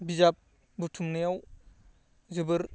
बिजाब बुथुमनायाव जोबोर